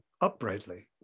uprightly